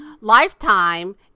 Lifetime